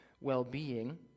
well-being